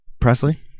Presley